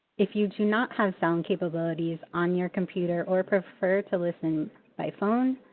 if you do not have sound capabilities on your computer or prefer to listen by phone,